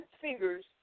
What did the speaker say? fingers